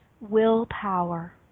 willpower